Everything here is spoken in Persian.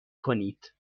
کنید